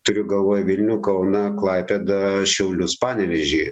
turiu galvoj vilnių kauną klaipėdą šiaulius panevėžį